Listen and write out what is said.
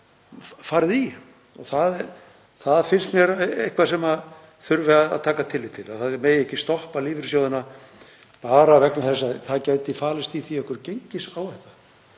farið í. Það finnst mér eitthvað sem þurfi að taka tillit til, það megi ekki stoppa lífeyrissjóðina bara vegna þess að það gæti falist í því einhver gengisáhætta.